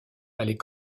allait